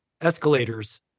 escalators